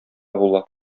була